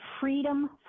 freedom